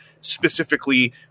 specifically